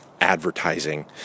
advertising